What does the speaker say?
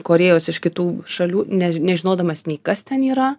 korėjos iš kitų šalių ne nežinodamas nei kas ten yra